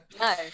No